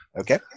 Okay